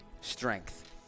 strength